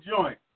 joint